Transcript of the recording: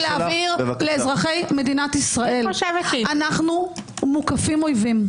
להבהיר לאזרחי מדינת ישראל אנחנו מוקפים אויבים,